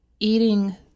Eating